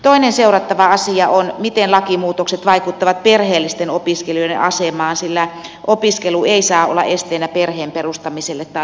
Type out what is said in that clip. toinen seurattava asia on miten lakimuutokset vaikuttavat perheellisten opiskelijoiden asemaan sillä opiskelu ei saa olla esteenä perheen perustamiselle tai lasten hankkimiselle